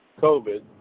COVID